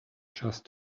just